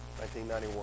1991